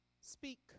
speak